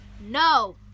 No